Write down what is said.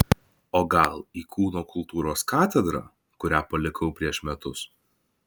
o gal į kūno kultūros katedrą kurią palikau prieš metus